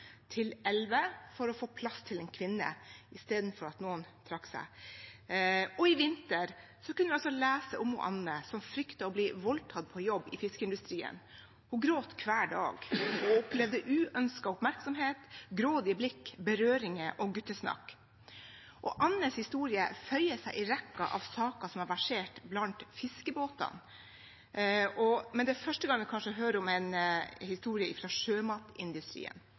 til elleve, for å få plass til en kvinne, istedenfor at noen trakk seg. I vinter kunne vi også lese om Anne, som fryktet å bli voldtatt på jobb i fiskeindustrien. Hun gråt hver dag og opplevde uønsket oppmerksomhet, grådige blikk, berøringer og guttesnakk. Annes historie føyer seg inn i rekken av saker som har versert blant fiskebåtene, men det er kanskje første gang vi hører om en historie fra sjømatindustrien.